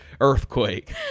Earthquake